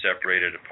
separated